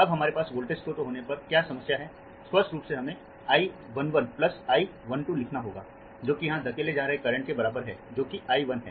अब हमारे पास वोल्टेज स्रोत होने पर क्या समस्या है स्पष्ट रूप से हमें I 1 1 प्लस I 1 2 लिखना होगा जो कि यहां धकेले जा रहे करंट के बराबर है जो कि I 1 है